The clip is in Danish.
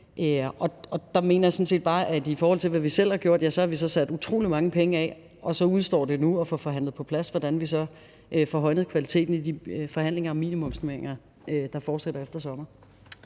Og så vil jeg sådan set bare sige i forhold til det, vi selv har gjort, at ja, vi har så sat utrolig mange penge af, og så udestår det nu at få forhandlet på plads, hvordan vi får højnet kvaliteten, i de forhandlinger om minimumsnormeringer, der fortsætter efter sommer.